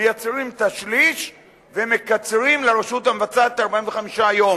מייצרים את השליש ומקצרים לרשות המבצעת את 45 היום,